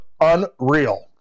unreal